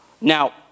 Now